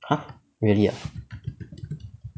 !huh! really ah